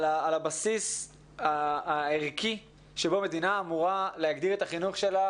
הבסיס הערכי בו מדינה אמורה להגדיר את החינוך שלה